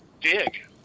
dig